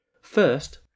First